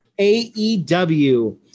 AEW